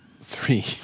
three